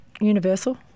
universal